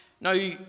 Now